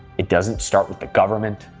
it doesn't start with the government,